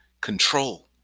control